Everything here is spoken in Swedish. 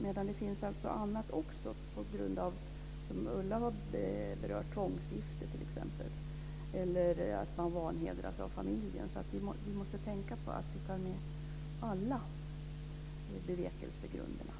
Men det finns också annat, vilket Ulla har berört t.ex. tvångsgifte eller att man vanhedras av familjen. Vi måste tänka på att ta med alla bevekelsegrunderna.